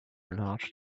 large